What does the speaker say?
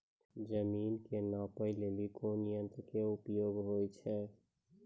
जमीन के नापै लेली कोन यंत्र के उपयोग होय छै?